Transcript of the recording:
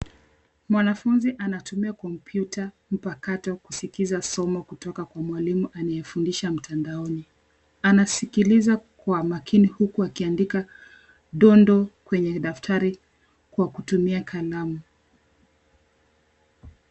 Mwanafunzi anatumia kompyuta mpakato kusikiza somo kutoka kwa mwalimu anayefundisha mtandaoni. Anasikiliza kwa makini huku akiandika dondo kwenye daftari kwa kutumia kalamu.